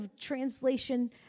translation